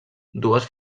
dues